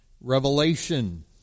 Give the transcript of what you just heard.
Revelation